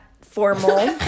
formal